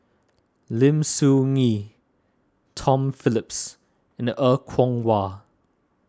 Lim Soo Ngee Tom Phillips and Er Kwong Wah